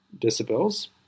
decibels